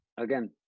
Again